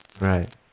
right